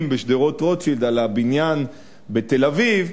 בשדרות-רוטשילד על הבניין בתל-אביב,